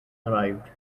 arrived